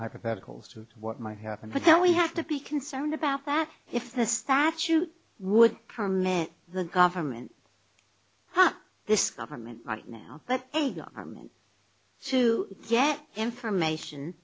hypotheticals to what might happen but then we have to be concerned about that if the statute would permit the government this government right now but a government to get information